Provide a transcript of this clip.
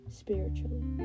spiritually